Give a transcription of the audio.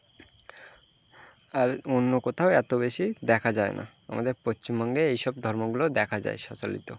আর অন্য কোথাও এতো বেশি দেখা যায় না আমাদের এই পশ্চিমবঙ্গে এই সব ধর্মগুলো দেখা যায় প্রচলিত